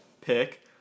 pick